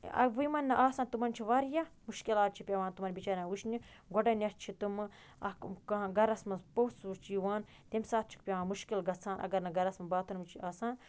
اَ وٕ یِمَن نہٕ آسان تِمَن چھِ واریاہ مُشکلات چھِ پٮ۪وان تِمَن بِچارٮ۪ن وُچھنہِ گۄڈنٮ۪تھ چھِ تِمہٕ اَکھ کانٛہہ گَرَس منٛز پوٚژھ ووٚژھ چھِ یِوان تَمہِ ساتہٕ چھِکھ پٮ۪وان مُشکل گژھان اگر نہٕ گَرَس باتھروٗم چھِ آسان